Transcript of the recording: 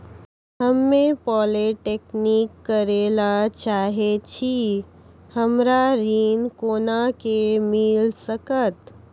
हम्मे पॉलीटेक्निक करे ला चाहे छी हमरा ऋण कोना के मिल सकत?